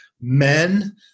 men